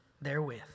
therewith